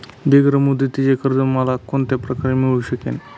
दीर्घ मुदतीचे कर्ज मला कोणत्या प्रकारे मिळू शकेल?